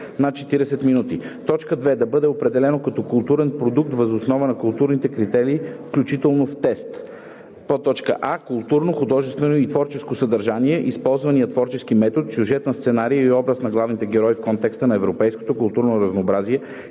2. да бъде определено като културен продукт въз основа на културни критерии, включени в тест: